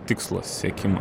tikslo siekimą